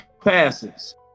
passes